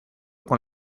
con